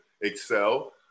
excel